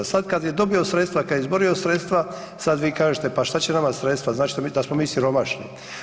Sad kad je dobio sredstva, kad je izborio sredstva, sad vi kažete pa šta će nama sredstva, znači da smo mi siromašni.